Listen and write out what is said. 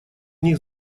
них